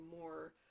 more